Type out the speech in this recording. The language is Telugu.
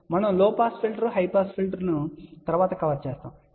వాస్తవానికి మనం low pass filter high pass filter ను తరువాత కవర్ చేయబోతున్నాం